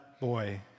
boy